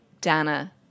Dana